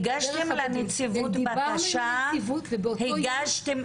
הגשתם לנציבות בקשה --- דיברנו דרך הנציבות ובאותו יום --- שנייה,